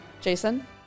Jason